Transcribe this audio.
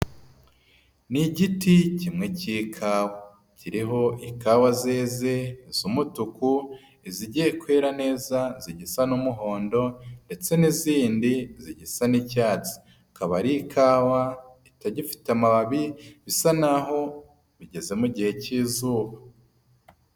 Ni igiti kimwe cy'ikawa, ikawa zeze z'umutuku, izigiye kwera neza zigisa n'umuhondo, ndetse n'izindi zigisa n'icyatsi, zikaba ari ikawa zitagifite amababi, bisa n'aho bigeze mu gihe cy'izuba.